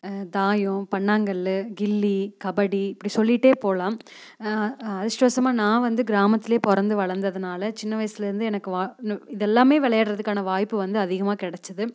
தாயம் பண்ணாங்கல் கில்லி கபடி இப்படி சொல்லிகிட்டே போகலாம் அதிர்ஷ்டவசமாக நான் வந்து கிராமத்துலேயே பிறந்து வளர்ந்ததனால சின்ன வயசுலருந்தே எனக்கு இதெல்லாமே விளையாடுவதுக்கான வாய்ப்பு வந்து அதிகமாக கிடச்சிது